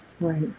Right